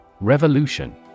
Revolution